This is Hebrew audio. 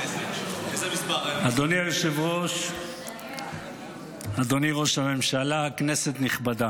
אדוני היושב-ראש, אדוני ראש הממשלה, כנסת נכבדה,